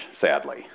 sadly